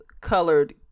colored